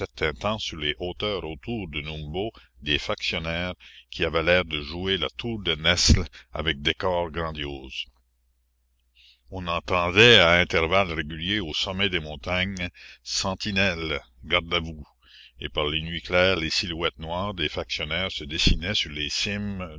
temps sur les hauteurs autour de numbo des factionnaires qui avaient l'air de jouer la tour de nesle avec décors grandioses on entendait à intervalles réguliers au sommet des montagnes sentinelle garde à vous et par les nuits claires les silhouettes noires des factionnaires se dessinaient sur les cimes